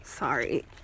Sorry